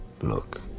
Look